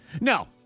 No